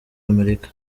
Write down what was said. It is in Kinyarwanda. amerika